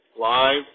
live